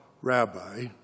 rabbi